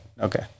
okay